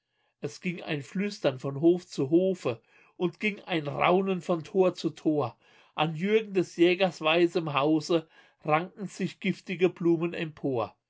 es ging ein flüstern von hof zu hofe und ging ein raunen von tor zu tor an jürgen des jägers weißem hause rankten sich giftige blumen empor